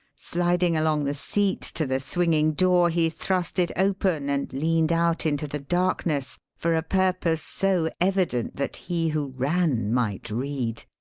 sliding along the seat to the swinging door he thrust it open and leaned out into the darkness, for a purpose so evident that he who ran might read.